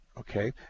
Okay